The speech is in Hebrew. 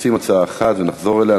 קופצים הצעה אחת ונחזור אליה,